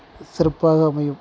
சிறப்பாக அமையும்